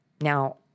Now